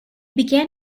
began